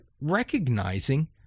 recognizing